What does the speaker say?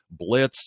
blitzed